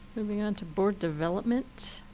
moving on to board development,